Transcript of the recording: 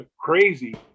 crazy